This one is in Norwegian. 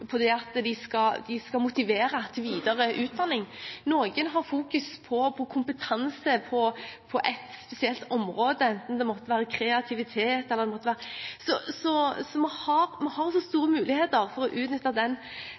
fokuserer på at de skal motivere til videre utdanning, noen fokuserer på kompetanse på ett spesielt område, enten det måtte være kreativitet eller hva det måtte være – gjør at det er store muligheter til å utnytte den